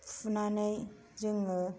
फुनानै जोङो